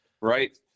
Right